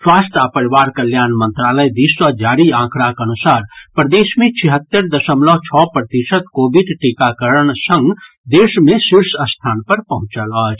स्वास्थ्य आ परिवार कल्याण मंत्रालय दिस सँ जारी ऑकड़ाक अनुसार प्रदेश मे छिहत्तरि दशमलव छओ प्रतिशत कोविड टीकाकारण संग देश मे शीर्ष स्थान पर पहुंचल अछि